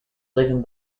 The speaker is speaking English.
living